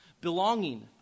belonging